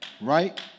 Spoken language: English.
right